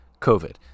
COVID